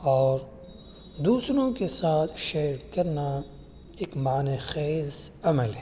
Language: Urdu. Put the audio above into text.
اور دوسروں کے ساتھ شیئر کرنا اک معنی خیز عمل ہے